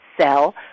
sell